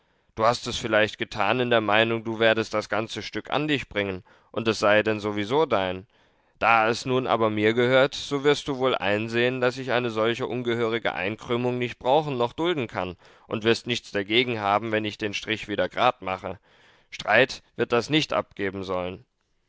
du hast es vielleicht getan in der meinung du werdest das ganze stück an dich bringen und es sei dann sowieso dein da es nun aber mir gehört so wirst du wohl einsehen daß ich eine solche ungehörige einkrümmung nicht brauchen noch dulden kann und wirst nichts dagegen haben wenn ich den strich wieder grad mache streit wird das nicht abgeben sollen